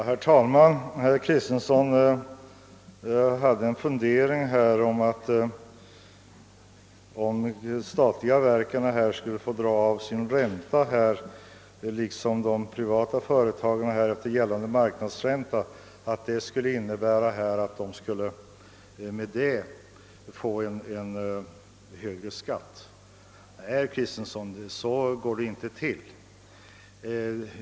Herr talman! Herr Kristenson hade en fundering om att de statliga verken skulle liksom de privata företagen få dra av sin ränta efter gällande marknadsränta och att detta skulle innebära att de skulle få en lägre skatt. Nej, herr Kristenson, så går det inte till.